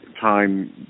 time